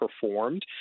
performed